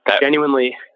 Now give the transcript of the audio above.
Genuinely